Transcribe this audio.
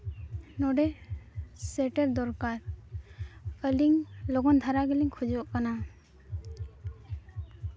ᱱᱚᱰᱮ ᱥᱮᱴᱮᱨ ᱫᱚᱨᱠᱟᱨ ᱟᱹᱞᱤᱧ ᱞᱚᱜᱚ ᱫᱷᱟᱨᱟ ᱜᱮᱞᱤᱧ ᱠᱷᱚᱡᱚᱜ ᱠᱟᱱᱟ